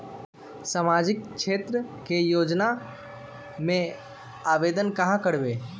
सामाजिक क्षेत्र के योजना में आवेदन कहाँ करवे?